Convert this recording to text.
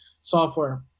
software